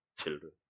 children